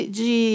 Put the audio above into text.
de